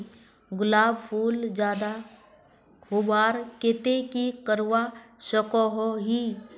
गुलाब फूल ज्यादा होबार केते की करवा सकोहो ही?